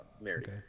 married